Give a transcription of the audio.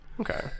Okay